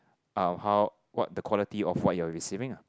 um how what the quality of what you are receiving ah